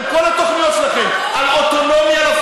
בלי הסכמי אוסלו,